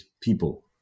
people